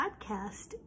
podcast